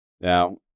now